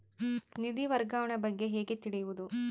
ನಿಧಿ ವರ್ಗಾವಣೆ ಬಗ್ಗೆ ಹೇಗೆ ತಿಳಿಯುವುದು?